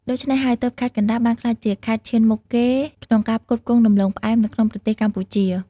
ដូច្នេះហើយ ទើបខេត្តកណ្ដាលបានក្លាយជាខេត្តឈានមុខគេក្នុងការផ្គត់ផ្គង់ដំឡូងផ្អែមនៅក្នុងប្រទេសកម្ពុជា។